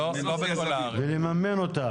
לממן אותם.